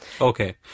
okay